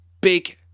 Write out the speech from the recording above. big